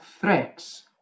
threats